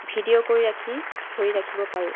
video কৰি ৰাখি ধৰি ৰাখিব পাৰোঁ